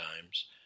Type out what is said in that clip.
times